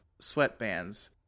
sweatbands